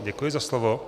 Děkuji za slovo.